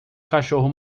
cachorro